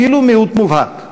אפילו מיעוט מובהק.